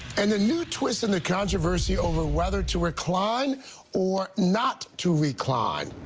and the new twist in the controversy over whether to recline or not to recline.